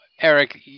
Eric